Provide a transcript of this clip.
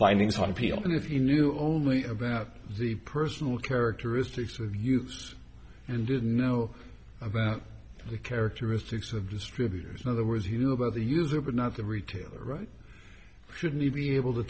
findings on appeal and if you knew only about the personal characteristics we use and did know about the characteristics of distributors in other words you know about the user but not the retailer shouldn't you be able to